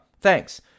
thanks